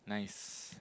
nice